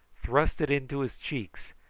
thrust it into his cheeks,